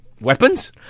weapons